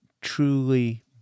truly